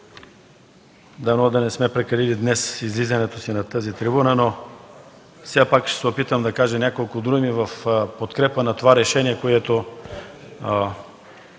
днес да не сме прекалили с излизането си на трибуната, но все пак ще се опитам да кажа няколко думи в подкрепа на това решение, което